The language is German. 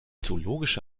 zoologische